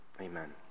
Amen